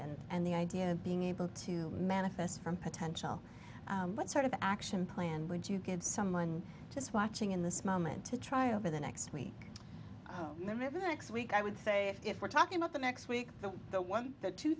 and and the idea of being able to manifest from potential what sort of action plan would you give someone just watching in this moment to try over the next week never the next week i would say if we're talking about the next week the the one the two